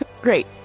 Great